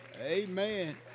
Amen